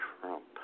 Trump